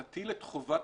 תטיל את חובת